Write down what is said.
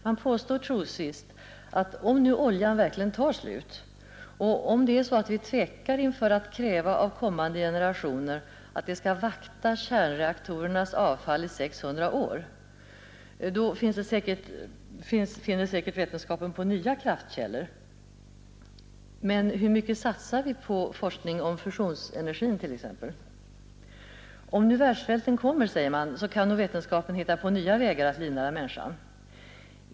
Man påstår trosvisst att om nu oljan verkligen tar slut och om vi tvekar inför att kräva av kommande generationer att de skall vakta kärnreaktorernas avfall i 600 år, så finner säkert vetenskapen på nya kraftkällor. Men hur mycket satsar vi på forskning om fusionsenergin t.ex.? Om nu världssvälten kommer, säger man, så kan nog vetenskapen hitta på nya vägar att livnära människan.